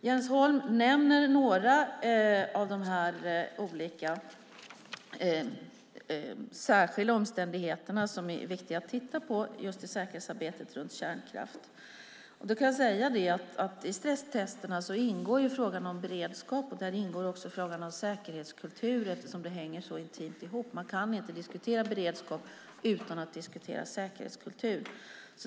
Jens Holm nämner några av de olika särskilda omständigheter som är viktiga att titta på i säkerhetsarbetet runt kärnkraft. I stresstesterna ingår frågan om beredskap, och där ingår också frågan om säkerhetskultur, eftersom de hänger så intimt ihop. Man kan inte diskutera beredskap utan att diskutera säkerhetskultur.